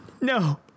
No